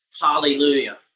Hallelujah